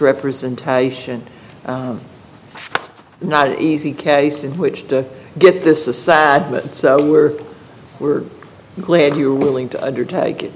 representation not an easy case in which to get this sad but we're we're glad you're willing to undertake it